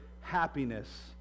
happiness